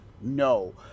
No